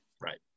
right